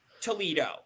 Toledo